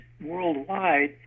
worldwide